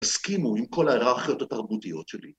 ‫הסכימו עם כל ההיררכיות התרבותיות שלי.